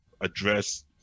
address